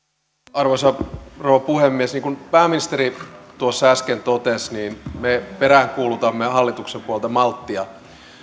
arvoisa rouva puhemies niin kuin pääministeri tuossa äsken totesi me peräänkuulutamme hallituksen puolelta malttia